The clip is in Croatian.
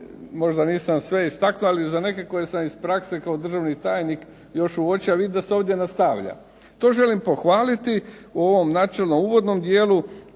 možda nisam sve istaknuo. Ali za neke koje sam iz prakse kao državni tajnik još uočio, a vidim da se ovdje nastavlja. To želim pohvaliti u ovom načelno uvodnom dijelu